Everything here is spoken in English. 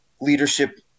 leadership